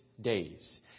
days